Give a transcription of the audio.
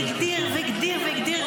והגדיר והגדיר,